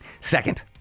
Second